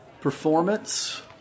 performance